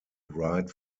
write